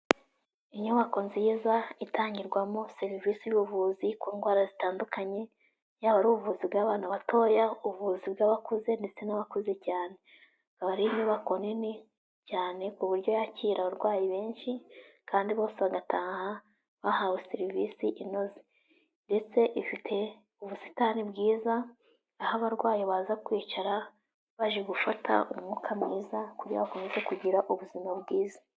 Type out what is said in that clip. Inyubako nziza itangirwamo serivisi z'ubuvuzi ku ndwara zitandukanye, yaba ari ubuvuzi bw'abantu batoya, ubuvuzi bw'abakuze ndetse n'abakuze cyane. Aba ari inyubako nini cyane ku buryo yakira abarwayi benshi kandi bose bagataha bahawe serivisi inoze, ndetse ifite ubusitani bwiza aho abarwayi baza kwicara baje gufata umwuka mwiza kugira bakomeze kugira ubuzima bwiza.